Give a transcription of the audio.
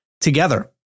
together